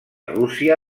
rússia